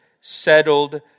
settled